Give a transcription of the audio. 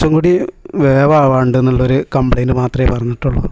കുറച്ചു കൂടി വേവ് ആവാനുണ്ട് എന്നൊരു കംപ്ലെയിന്റ് മാത്രമേ പറഞ്ഞിട്ടുള്ളൂ